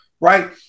right